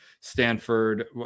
Stanford